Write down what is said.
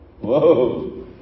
Whoa